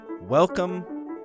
welcome